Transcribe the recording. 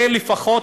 זה לפחות,